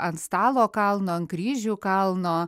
ant stalo kalno ant kryžių kalno